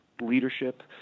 leadership